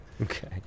Okay